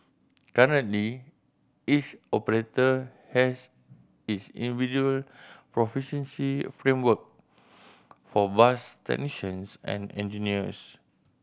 currently each operator has its individual proficiency framework for bus technicians and engineers